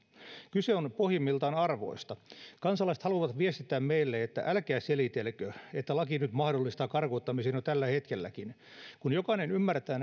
kyse on pohjimmiltaan arvoista kansalaiset haluavat viestittää meille että älkää selitelkö että laki nyt mahdollistaa karkottamisen jo tällä hetkelläkin kun jokainen ymmärtää